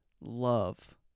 love